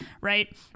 right